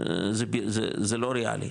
זה לא ריאלי,